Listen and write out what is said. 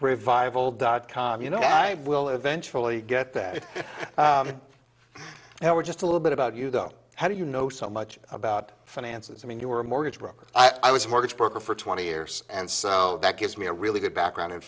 revival dot com you know i will eventually get that there were just a little bit about you though how do you know so much about finance and i mean you were a mortgage broker i was a mortgage broker for twenty years and so that gives me a really good background in